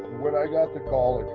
when i got the call, it